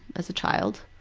as a child.